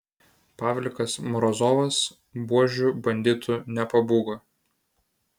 pavlikas morozovas buožių banditų nepabūgo